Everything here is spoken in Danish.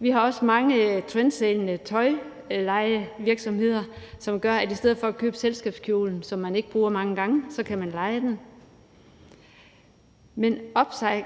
Vi har også mange trendsættende tøjlejevirksomheder, som betyder, at man i stedet for at købe selskabskjolen, som man ikke bruger så mange gange, kan leje den.